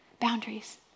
Boundaries